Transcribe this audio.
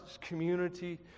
community